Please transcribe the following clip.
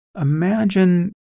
Imagine